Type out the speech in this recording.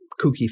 kooky